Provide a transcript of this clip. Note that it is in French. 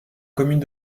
commune